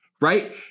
Right